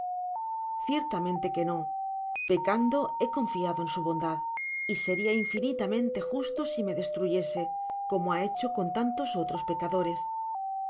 ciertamente que no pecando he confiado en su bondad y seria infinitamente justo si me destruyese como ha hecho con tantos otros pecadores